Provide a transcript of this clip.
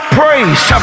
praise